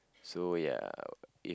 so ya if